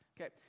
Okay